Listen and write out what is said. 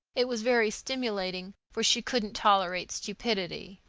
it was very stimulating, for she couldn't tolerate stupidity.